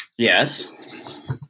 Yes